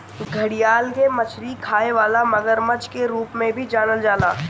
घड़ियाल के मछरी खाए वाला मगरमच्छ के रूप में भी जानल जाला